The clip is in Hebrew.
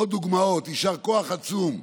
עוד דוגמה: יישר כוח עצום.